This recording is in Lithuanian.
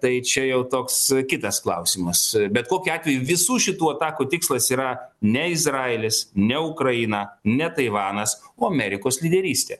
tai čia jau toks kitas klausimas bet kokiu atveju visų šitų atakų tikslas yra ne izraelis ne ukraina ne taivanas o amerikos lyderystė